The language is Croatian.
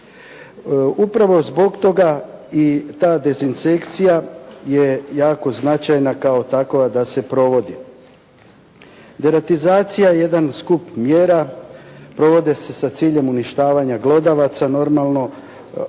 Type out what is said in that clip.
Upravo zbog toga i ta dezinsekcija je jako značajna kao takova da se provodi. Deratizacija je jedan skup mjera. Provode se sa ciljem uništavanja glodavaca normalno.